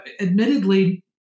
admittedly